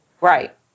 Right